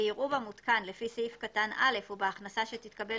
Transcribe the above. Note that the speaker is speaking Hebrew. ויראו במותקן לפי סעיף קטן (א) ובהכנסה שתתקבל